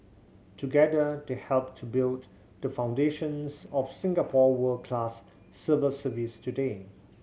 together they helped to build the foundations of Singapore world class civil service today